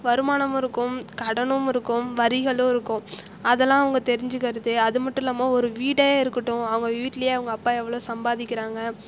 வருமானம் இருக்கும் கடனும் இருக்கும் வரிகளும் இருக்கும் அதெலாம் அவங்க தெரிஞ்சுக்கிறது அது மட்டும் இல்லாமல் ஒரு வீடே இருக்கட்டும் அவங்க வீட்டிலேயே அவங்க அப்பா எவ்வளோ சம்பாதிக்கிறாங்க